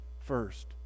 first